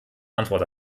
antwort